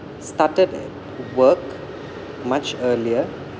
started work much earlier